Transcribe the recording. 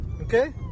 Okay